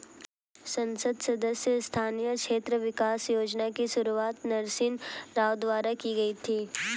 संसद सदस्य स्थानीय क्षेत्र विकास योजना की शुरुआत नरसिंह राव द्वारा की गई थी